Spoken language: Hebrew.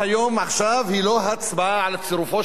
היא לא הצבעה על צירופו של דיכטר לממשלה.